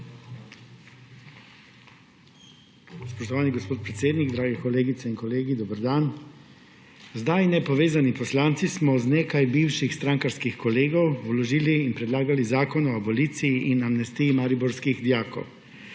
Spoštovani gospod predsednik, drage kolegice in kolegi, dober dan! Zdaj nepovezani poslanci smo z nekaj bivšimi strankarskimi kolegi vložili in predlagali zakon o aboliciji in amnestiji mariborskih dijakov.